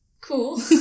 Cool